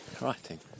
writing